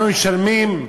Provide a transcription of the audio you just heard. אנחנו משלמים,